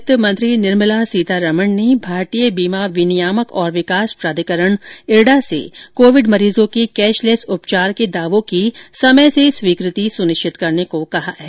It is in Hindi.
वित्त मंत्री निर्मला सीतारामन ने भारतीय बीमा विनियामक और विकास प्राधिकरण इरडा से कोविड मरीजों के कैशलेस उपचार के दावों की समय से स्वीकृति सुनिश्चित करने को कहा है